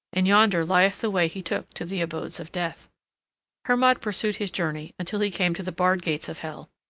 and yonder lieth the way he took to the abodes of death hermod pursued his journey until he came to the barred gates of hel.